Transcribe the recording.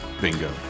Bingo